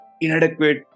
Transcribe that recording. inadequate